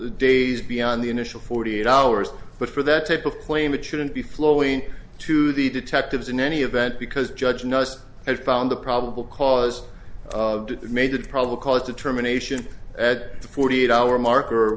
days beyond the initial forty eight hours but for that type of claim it shouldn't be flowing to the detectives in any event because judge knows had found the probable cause of death made it probably cause determination at forty eight hour mark or